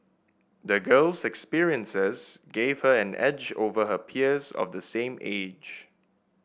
the girl's experiences gave her an edge over her peers of the same age